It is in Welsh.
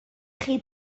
chi